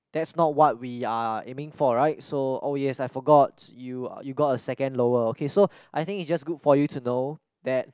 that's not what we are aiming for right so oh yes I forgot you you got a second lower okay so I think it's just good for you to know that